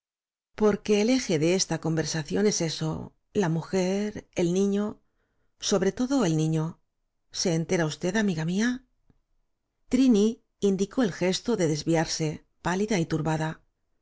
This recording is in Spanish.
usted porque el eje de esta conversación es eso la mujer el niño sobre todo el niño se entera usted amiga mía trini indicó el gesto de desviarse pálida y turbada